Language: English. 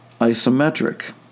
isometric